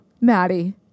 Maddie